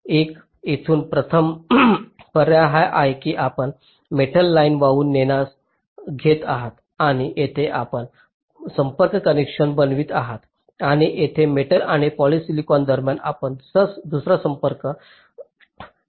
तर येथून प्रथम पर्याय हा आहे की आपण मेटल लाइन वाहून घेत आहात आणि येथे आपण संपर्क कनेक्शन बनवित आहात आणि येथे मेटल आणि पॉलिसिलिकॉन दरम्यान आपण दुसरा संपर्क कनेक्शन बनवित आहात